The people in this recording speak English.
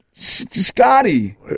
Scotty